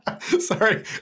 sorry